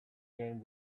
game